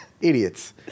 Idiots